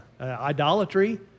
idolatry